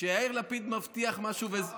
כשיאיר לפיד מבטיח משהו, חודשים.